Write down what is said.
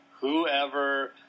whoever